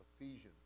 Ephesians